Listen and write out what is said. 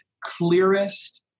clearest